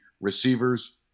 receivers